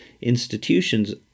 institutions